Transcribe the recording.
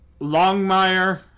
Longmire